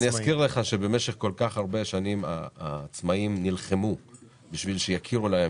אני אזכיר לך שבמשך כל כך הרבה שנים העצמאיים נלחמו בשביל שיכירו להם